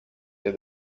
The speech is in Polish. się